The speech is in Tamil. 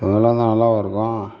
இப்படிலாம் இருந்தால் நல்லாவா இருக்கும்